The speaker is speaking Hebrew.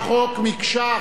מקשה אחת,